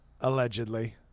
Allegedly